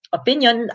opinion